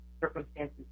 circumstances